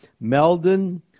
Meldon